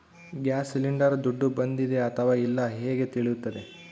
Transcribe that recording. Gas cylinder ದುಡ್ಡು ಬಂದಿದೆ ಅಥವಾ ಇಲ್ಲ ಹೇಗೆ ತಿಳಿಯುತ್ತದೆ?